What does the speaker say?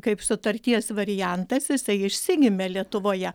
kaip sutarties variantas jisai išsigimė lietuvoje